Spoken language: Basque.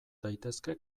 daitezke